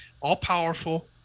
all-powerful